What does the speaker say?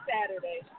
Saturday